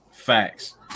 facts